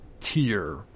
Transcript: tier